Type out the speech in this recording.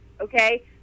okay